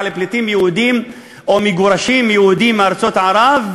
על פליטים יהודים או מגורשים יהודים מארצות ערב,